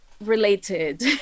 related